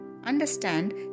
understand